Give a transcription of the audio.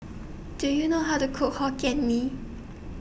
Do YOU know How to Cook Hokkien Mee